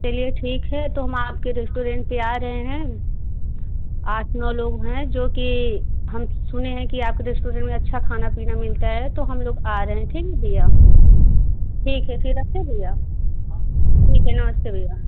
चलिए ठीक है तो हम आपके रेस्टोरेंट पर आ रहे हैं आठ नौ लोग हैं जो कि हम सुने हैं कि आपके रेस्टोरेंट में अच्छा खाना पीना मिलता है तो हम लोग आ रहे हैं ठीक है भैया ठीक है फिर रखते हैं भैया ठीक है नमस्ते भैया